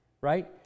right